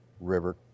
river